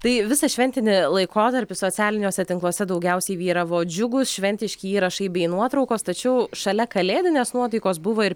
tai visą šventinį laikotarpį socialiniuose tinkluose daugiausiai vyravo džiugūs šventiški įrašai bei nuotraukos tačiau šalia kalėdinės nuotaikos buvo ir